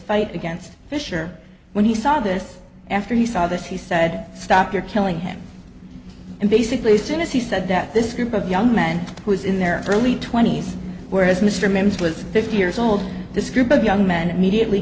fight against fischer when he saw this after he saw this he said stop you're killing him and basically soon as he said that this group of young men who was in their early twenty's were as mr mims with fifty years old this group of young men immediately